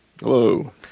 Hello